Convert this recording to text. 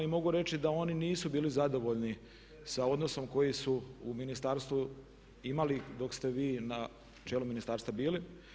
I mogu reći da oni nisu bili zadovoljni sa odnosom koji su u ministarstvu imali dok ste vi na čelu ministarstva bili.